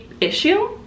issue